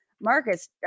Marcus